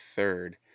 third